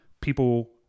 people